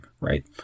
right